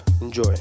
Enjoy